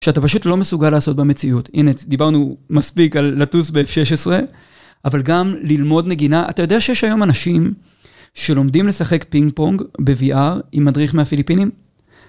שאתה פשוט לא מסוגל לעשות במציאות. הנה, דיברנו מספיק על לטוס ב- אף-16, אבל גם ללמוד נגינה. אתה יודע שיש היום אנשים שלומדים לשחק פינג פונג ב-VR עם מדריך מהפיליפינים?